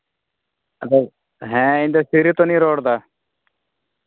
ᱟᱫᱚ ᱤᱧᱫᱚ ᱥᱤᱨᱤᱛᱚᱱ ᱤᱧ ᱨᱚᱲᱫᱟ